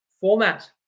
format